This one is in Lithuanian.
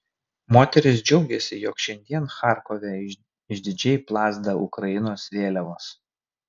moteris džiaugiasi jog šiandien charkove išdidžiai plazda ukrainos vėliavos